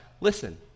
Listen